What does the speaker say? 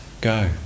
go